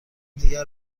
دیگر